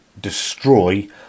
destroy